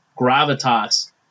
gravitas